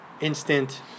instant